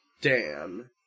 Dan